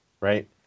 right